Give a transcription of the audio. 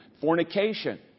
fornication